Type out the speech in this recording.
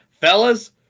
Fellas